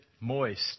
moist